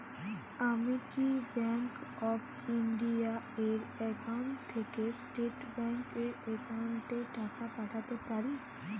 আমি কি bank of India এর একাউন্ট থেকে স্টেট ব্যাংক এর একাউন্টে টাকা পাঠাতে পারি?